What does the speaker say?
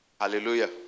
Hallelujah